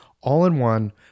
all-in-one